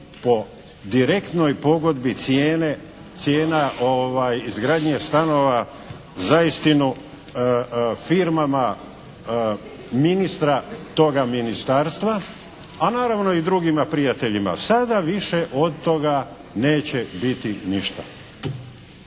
po direktnoj pogodbi cijene, cijena izgradnje stanova zaistinu firmama ministra toga ministarstva, a naravno i drugima prijateljima. Sada više od toga neće biti ništa.